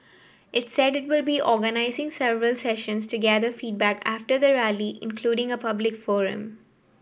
it said it will be organising several sessions to gather feedback after the Rally including a public forum